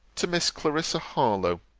to miss clarissa harlowe